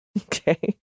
Okay